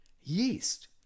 Yeast